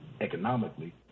economically